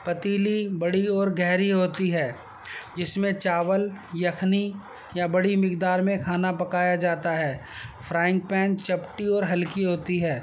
پتیلی بڑی اور گہری ہوتی ہے جس میں چاول یخنی یا بڑی مقدار میں کھانا پکایا جاتا ہے فرائنگ پین چپٹی اور ہلکی ہوتی ہے